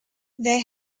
they